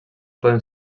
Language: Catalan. poden